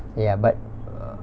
ya but err